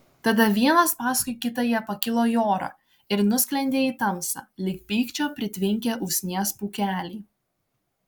tada vienas paskui kitą jie pakilo į orą ir nusklendė į tamsą lyg pykčio pritvinkę usnies pūkeliai